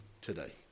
today